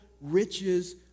riches